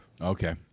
Okay